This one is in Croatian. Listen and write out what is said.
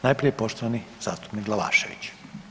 Najprije poštovani zastupnik Glavašević.